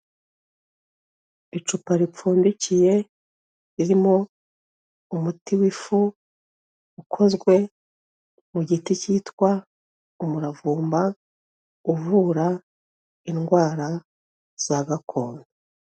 Icupa ripfundikiye ririmo umuti w'ifu ukozwe mu giti cyitwa umuravumba, uvura indwara za gakondo.